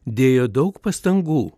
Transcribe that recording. dėjo daug pastangų